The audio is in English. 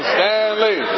Stanley